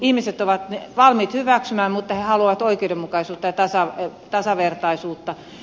ihmiset ovat valmiit ne hyväksymään mutta he haluavat oikeudenmukaisuutta ja tasavertaisuutta